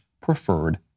preferred